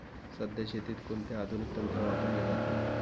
सध्या शेतीत कोणते आधुनिक तंत्र वापरले जाते?